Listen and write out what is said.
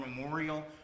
Memorial